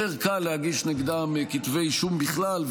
יותר קל להגיש נגדם כתבי אישום בכלל,